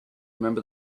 remember